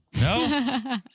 No